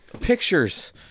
Pictures